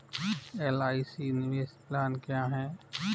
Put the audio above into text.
LIC निवेश plan क्या है?